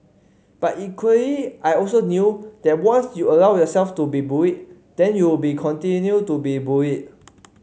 but equally I also knew that once you allow yourself to be bullied then you will be continue to be bullied